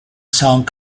song